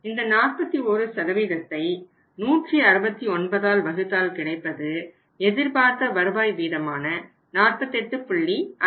இந்த 41ஐ 169ஆல் வகுத்தால் கிடைப்பது எதிர்பார்த்த வருவாய் வீதமான 48